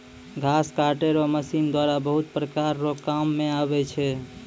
घास काटै रो मशीन द्वारा बहुत प्रकार रो काम मे आबै छै